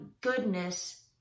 goodness